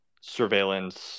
surveillance